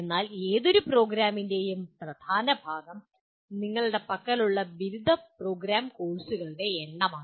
എന്നാൽ ഏതൊരു പ്രോഗ്രാമിന്റെയും പ്രധാന ഭാഗം നിങ്ങളുടെ പക്കലുള്ള ബിരുദ പ്രോഗ്രാം കോഴ്സുകളുടെ എണ്ണമാണ്